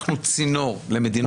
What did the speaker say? אנחנו צינור למדינות העולם.